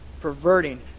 perverting